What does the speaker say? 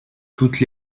toutes